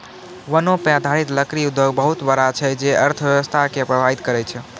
वनो पर आधारित लकड़ी उद्योग बहुत बड़ा छै जे अर्थव्यवस्था के प्रभावित करै छै